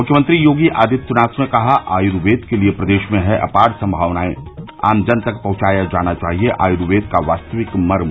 मुख्यमंत्री योगी आदित्यनाथ ने कहा आयुर्वेद के लिये प्रदेश में है अपार संभावनाएं आम जन तक पहुंचाया जाना चाहिए आय्र्वेद का वास्तविक मर्म